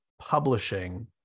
publishing